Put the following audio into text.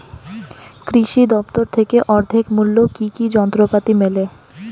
কৃষি দফতর থেকে অর্ধেক মূল্য কি কি যন্ত্রপাতি মেলে?